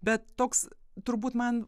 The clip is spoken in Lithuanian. bet toks turbūt man